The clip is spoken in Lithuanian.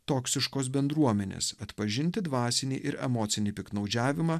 toksiškos bendruomenės atpažinti dvasinį ir emocinį piktnaudžiavimą